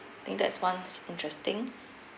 think that's one is interesting